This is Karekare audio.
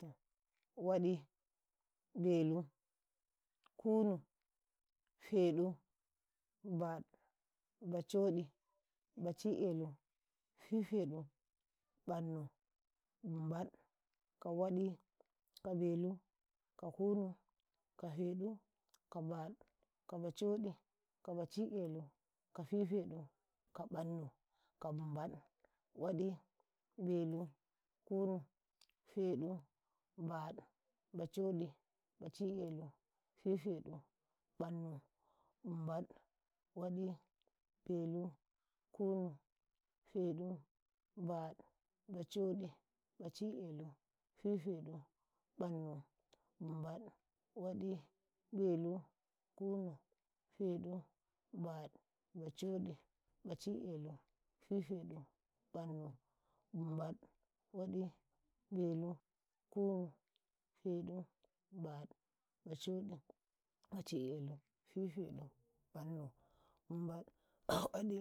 ﻿Waɗi, belu, kunu, fehu, ƃaɗu, bacoɗi, bacibelu, fifeɗu, ƃannu, humbaɗ, ka waɗi, kabelu, ka kunu, ka feɗu, ka baɗu, kaɓa coɗi, ka baci 'elu, ka fifeɗu, ka ƃannu, ka nhimbaɗ, Waɗi, belu, kunu, feɗu, baɗu, bacoɗi, baci'elu, fifeɗu, ƃannu, himbaɗ, waɗi, belu kunu, feɗu baɗ, bacoɗi, bacielu, fifeɗu, fannu himɓaɗ, waɗi, belu, kunu, feɗu, baɗ bacoɗi baci'elu, fifeɗu, ɓannu, himbaɗ, waɗi, belu, kunu, feɗu, faɗi, badu, bacoɗi, baci'elu, fifeɗu, ƃannu, himbaɗ, waɗi,